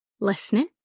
listening